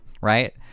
right